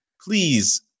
please